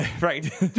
Right